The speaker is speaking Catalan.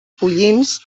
pollins